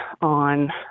on